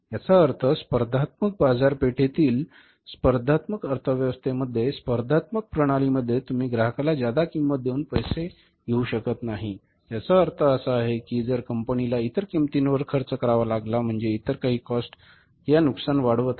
याचा अर्थ स्पर्धात्मक बाजारपेठेतील स्पर्धात्मक अर्थव्यवस्थेमध्ये स्पर्धात्मक प्रणालीमध्ये तुम्ही ग्राहकाला जादा किंमत देऊन पैसे घेऊ शकत नाही याचा अर्थ असा आहे की जर कंपनीला इतर किंमतींवर खर्च करावा लागला म्हणजे इतर काही कॉस्ट या नुकसान वाढवत आहेत